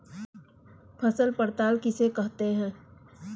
फसल पड़ताल किसे कहते हैं?